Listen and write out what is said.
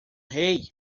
rei